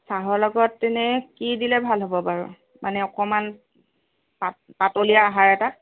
চাহৰ লগত এনে কি দিলে ভাল হ'ব বাৰু মানে অকণমান পাতলীয়া আহাৰ এটা